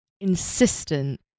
insistent